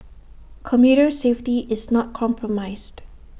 commuter safety is not compromised